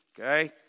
okay